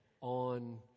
on